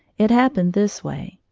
it happened this way.